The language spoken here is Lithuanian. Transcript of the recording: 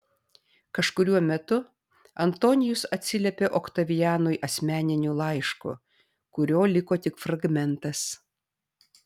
kažkuriuo metu antonijus atsiliepė oktavianui asmeniniu laišku kurio liko tik fragmentas